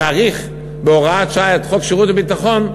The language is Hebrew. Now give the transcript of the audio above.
להאריך בהוראת שעה את חוק שירות ביטחון,